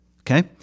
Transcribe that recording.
Okay